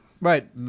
Right